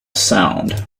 sound